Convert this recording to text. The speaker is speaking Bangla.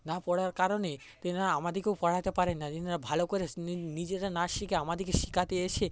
না পড়ার কারণে তারা আমাদেকেও পড়াতে পারেন তারা ভালো করে নিজেরা না শিখে আমাদেরকে শেখাতে এসে